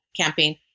campaign